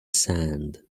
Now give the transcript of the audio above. sand